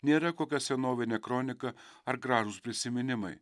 nėra kokia senovinė kronika ar gražūs prisiminimai